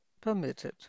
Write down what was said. permitted